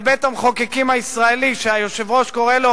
בית-המחוקקים הישראלי, שהיושב-ראש קורא לו